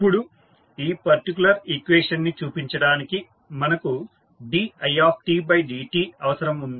ఇప్పుడు ఈ particular equation ని చూపించడానికి మనకు didtఅవసరము ఉంది